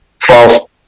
False